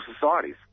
societies